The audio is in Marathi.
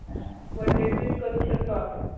हां वन डे ट्र्रीप करू शकतो आपण